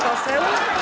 poseł.